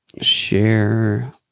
Share